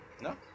No